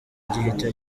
gihita